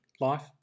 life